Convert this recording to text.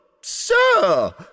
sir